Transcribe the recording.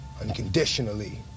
unconditionally